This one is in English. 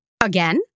Again